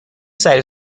سریع